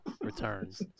returns